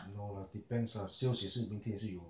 no lah depends ah sales 也是明天也是有